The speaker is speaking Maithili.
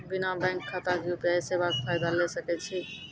बिना बैंक खाताक यु.पी.आई सेवाक फायदा ले सकै छी?